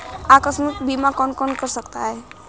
आकस्मिक बीमा कौन कौन करा सकता है?